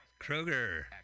Kroger